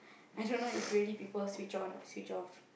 I don't know if really people switch on switch off